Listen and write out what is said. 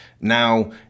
Now